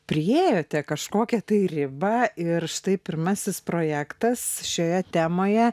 priėjote kažkokią tai riba ir štai pirmasis projektas šioje temoje